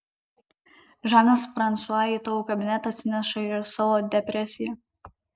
žanas fransua į tavo kabinetą atsineša ir savo depresiją